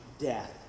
death